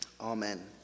Amen